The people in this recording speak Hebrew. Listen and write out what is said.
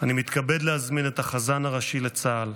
אני מתכבד להזמין את החזן הראשי לצה"ל,